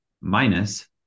minus